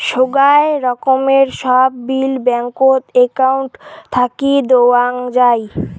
সোগায় রকমের সব বিল ব্যাঙ্কত একউন্ট থাকি দেওয়াং যাই